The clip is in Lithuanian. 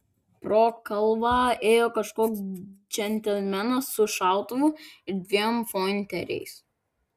pro kalvą ėjo kažkoks džentelmenas su šautuvu ir dviem pointeriais